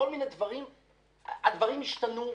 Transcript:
הדברים השתנו.